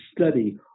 study